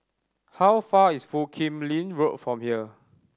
how far is Foo Kim Lin Road from here